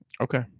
Okay